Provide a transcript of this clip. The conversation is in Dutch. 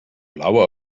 blauwe